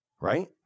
right